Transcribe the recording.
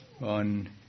on